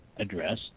address